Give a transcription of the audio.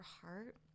heart